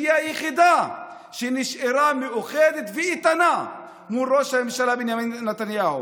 שהיא היחידה שנשארה מאוחדת ואיתנה מול ראש הממשלה בנימין נתניהו.